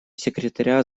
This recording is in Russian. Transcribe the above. секретаря